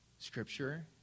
scripture